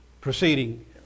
proceeding